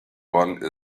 one